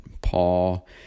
Paul